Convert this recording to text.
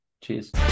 Cheers